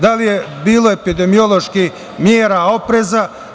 Da li je bilo epidemioloških mera opreza?